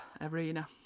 arena